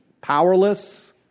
powerless